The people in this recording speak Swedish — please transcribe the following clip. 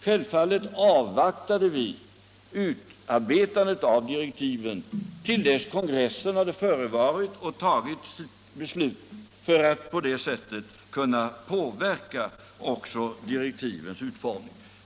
Självfallet väntade vi med utarbetandet av direktiven till dess kongressen hade ägt rum Nr 15 för att även den skulle kunna påverka direktivens utformning.